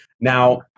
Now